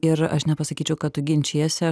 ir aš nepasakyčiau kad ginčijasi